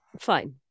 Fine